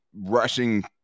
rushing